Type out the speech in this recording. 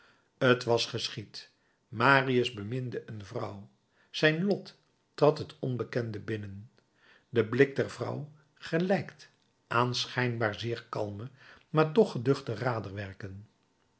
t was geschied marius beminde een vrouw zijn lot trad het onbekende in de blik der vrouw gelijkt aan schijnbaar zeer kalme maar toch geduchte